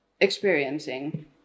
experiencing